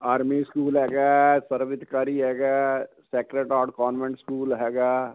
army school ਹੈਗਾ ਸਰਵਿਤਕਾਰੀ ਹੈਗਾ sacred heart government school ਹੈਗਾ